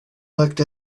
looked